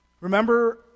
Remember